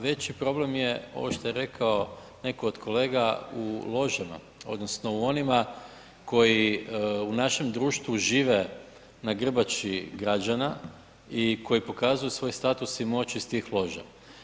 Veći problem je ovo što je rekao netko od kolega u ložama odnosno u onima koji u našem društvu žive na grbači građana i koji pokazuju svoj status i moć iz tih loža.